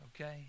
okay